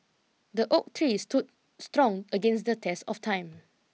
the oak tree stood strong against the test of time